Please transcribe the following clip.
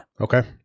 Okay